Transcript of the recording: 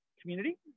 community